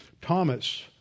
Thomas